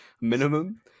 minimum